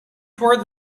toward